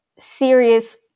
serious